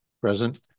Present